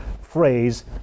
phrase